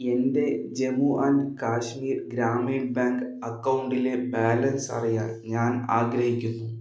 എൻ്റെ Jammu and Kashmir Gramin bank അക്കൗണ്ടിലെ balance അറിയാൻ ഞാൻ ആഗ്രഹിക്കുന്നു